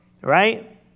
right